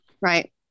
right